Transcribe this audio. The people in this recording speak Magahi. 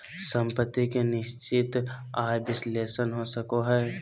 सम्पत्ति के निश्चित आय विश्लेषण हो सको हय